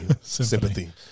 sympathy